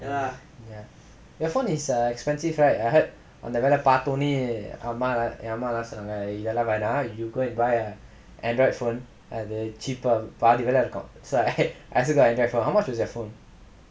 your phone is expensive right I heard அந்த வில பாத்தோனே எம்மாலா என் அம்மா எல்லாம் சொன்னாங்க இதெல்லாம் வேணா:antha vila paathonae emmaalaa en amma ellaam sonnaanga ithellaam venaa if you go and buy a android phone அது:athu cheaper பாதி வெல இருக்கும்:paathi vela irukkum so I buy android phone how much is your phone